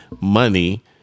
money